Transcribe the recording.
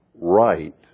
right